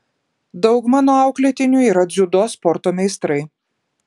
daug mano auklėtinių yra dziudo sporto meistrai